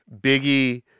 Biggie